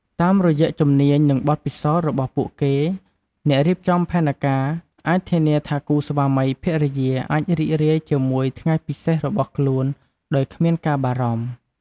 តាមរយៈជំនាញ និងបទពិសោធន៍របស់ពួកគេ អ្នករៀបចំផែនការអាចធានាថាគូស្វាមីភរិយាអាចរីករាយជាមួយថ្ងៃពិសេសរបស់ខ្លួនដោយគ្មានការបារម្ភ។